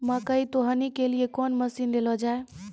मकई तो हनी के लिए कौन मसीन ले लो जाए?